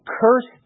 cursed